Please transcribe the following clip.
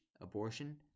abortion